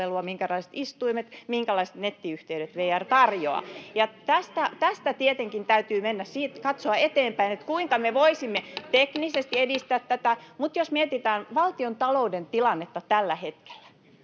minkälaiset istuimet ja minkälaiset nettiyhteydet VR tarjoaa. Tästä tietenkin täytyy katsoa eteenpäin, kuinka me voisimme teknisesti edistää tätä, mutta jos mietitään valtiontalouden tilannetta tällä hetkellä,